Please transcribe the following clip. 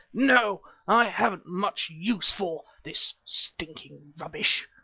no, i haven't much use for this stinking rubbish,